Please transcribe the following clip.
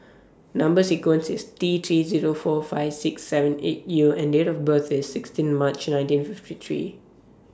Number sequence IS T three Zero four five six seven eight U and Date of birth IS sixteen March nineteen fifty three